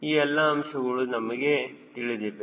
ಈ ಎಲ್ಲಾ ಅಂಶಗಳು ನಮಗೆ ತಿಳಿದಿವೆ